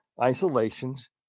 isolations